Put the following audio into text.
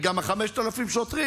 וגם 5,000 שוטרים,